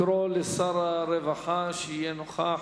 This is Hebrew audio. לקרוא לשר הרווחה, שיהיה נוכח.